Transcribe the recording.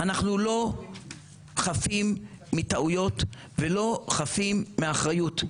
אנחנו לא חפים מטעויות ולא חפים מאחריות,